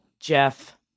Jeff